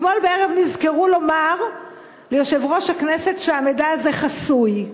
אתמול בערב נזכרו לומר ליושב-ראש הכנסת שהמידע הזה חסוי,